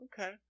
okay